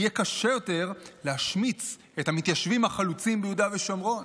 יהיה קשה יותר להשמיץ את המתיישבים החלוצים ביהודה ושומרון.